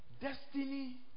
destiny